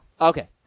okay